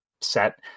set